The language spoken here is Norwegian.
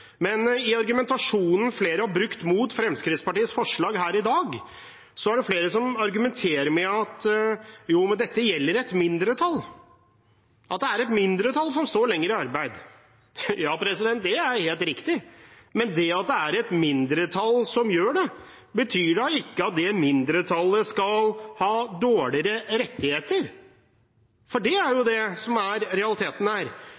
Men i argumentasjonen flere har brukt mot Fremskrittspartiets forslag her i dag, er det flere som argumenterer med at dette gjelder et mindretall – at det er et mindretall som står lenger i arbeid. Ja, det er helt riktig, men det at det er et mindretall som gjør det, betyr da ikke at det mindretallet skal ha dårligere rettigheter, for det er det som er realiteten her.